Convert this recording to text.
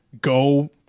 Go